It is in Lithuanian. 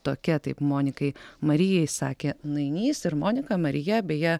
tokia taip monikai marijai sakė nainys ir monika marija beje